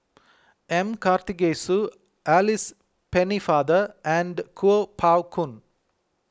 M Karthigesu Alice Pennefather and Kuo Pao Kun